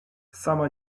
sama